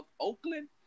Oakland